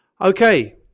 okay